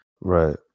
right